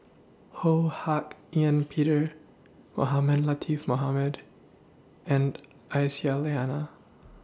Ho Hak Ean Peter Mohamed Latiff Mohamed and Aisyah Lyana